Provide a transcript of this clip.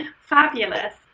Fabulous